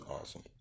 awesome